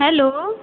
hello